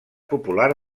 popular